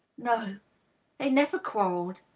no they never quarrelled.